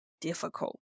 difficult